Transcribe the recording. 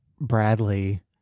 bradley